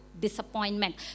disappointment